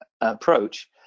approach